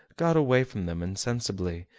got away from them insensibly,